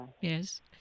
Yes